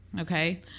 okay